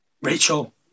Rachel